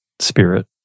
spirit